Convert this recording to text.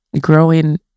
growing